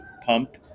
pump